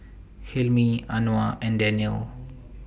Hilmi Anuar and Daniel